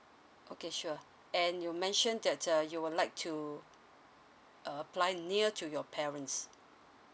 okay sure and you mention that uh you would like to uh apply near to your parents